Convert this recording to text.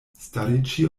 stariĝi